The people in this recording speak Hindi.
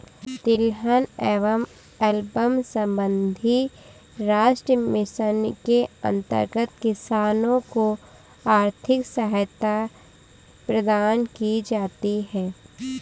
तिलहन एवं एल्बम संबंधी राष्ट्रीय मिशन के अंतर्गत किसानों को आर्थिक सहायता प्रदान की जाती है